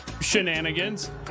shenanigans